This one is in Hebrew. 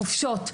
החופשות,